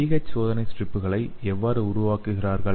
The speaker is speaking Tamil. pH சோதனை ஸ்ட்ரிப்புகளை எவ்வாறு உருவாக்குகிறார்கள்